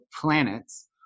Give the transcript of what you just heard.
planets